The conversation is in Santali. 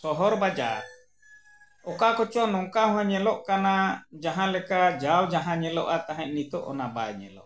ᱥᱚᱦᱚᱨ ᱵᱟᱡᱟᱨ ᱚᱠᱟ ᱠᱚᱪᱚ ᱱᱚᱝᱠᱟ ᱦᱚᱸ ᱧᱮᱞᱚᱜ ᱠᱟᱱᱟ ᱡᱟᱦᱟᱸ ᱞᱮᱠᱟ ᱡᱟᱣ ᱡᱟᱦᱟᱸ ᱧᱮᱞᱚᱜᱼᱟ ᱛᱟᱦᱮᱸᱫ ᱱᱤᱛᱳᱜ ᱚᱱᱟ ᱵᱟᱭ ᱧᱮᱞᱚᱜ ᱠᱟᱱᱟ